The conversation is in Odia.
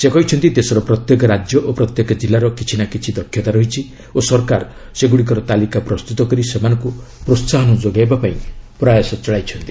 ସେ କହିଛନ୍ତି ଦେଶର ପ୍ରତ୍ୟେକ ରାଜ୍ୟ ଓ ପ୍ରତ୍ୟେକ ଜିଲ୍ଲାର କିଛି ନା କିଛି ଦକ୍ଷତା ରହିଛି ଓ ସରକାର ସେଗୁଡ଼ିକର ତାଲିକା ପ୍ରସ୍ତୁତ କରି ସେମାନଙ୍କୁ ପ୍ରୋସାହନ ଯୋଗାଇବା ପାଇଁ ପ୍ରୟାସ କରୁଛନ୍ତି